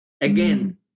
Again